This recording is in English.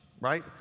right